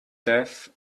death